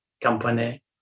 company